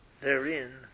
therein